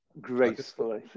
gracefully